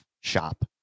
shop